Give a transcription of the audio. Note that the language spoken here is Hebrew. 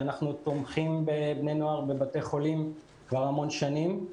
אנחנו תומכים בבני נוער בבתי חולים כבר המון שנים,